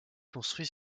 construit